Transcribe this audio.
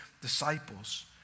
disciples